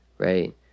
Right